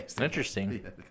Interesting